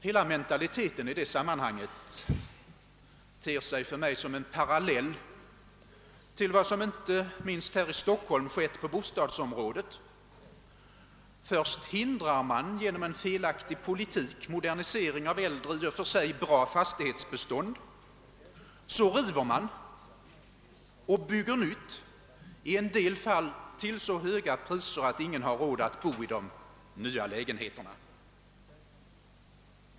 Hela mentaliteten i detta sammanhang ter sig för mig som en parallell till vad som inte minst här i Stockholm skett på bostadsområdet, där man först hindrar modernisering av äldre och i och för sig bra fastighetsbestånd genom en felaktig politik. Därefter river man och bygger nytt, i en del fall till så höga priser att ingen har råd att bo i de nya lägenheterna.